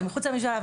ומחוץ לממשלה,